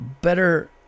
better